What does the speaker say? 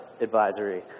advisory